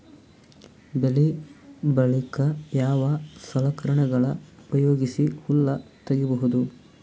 ಬೆಳಿ ಬಳಿಕ ಯಾವ ಸಲಕರಣೆಗಳ ಉಪಯೋಗಿಸಿ ಹುಲ್ಲ ತಗಿಬಹುದು?